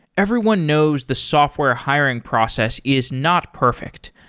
everyone knows the software hiring process is not perfect.